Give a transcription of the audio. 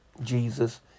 Jesus